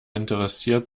interessiert